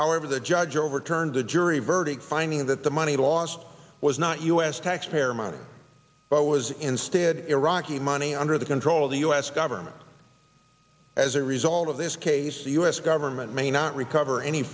however the judge overturned the jury verdict finding that the money lost was not u s taxpayer money but was instead iraqi money under the control of the u s government as a result of this case the u s government may not recover any